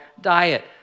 diet